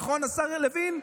נכון, השר לוין?